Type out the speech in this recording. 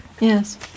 Yes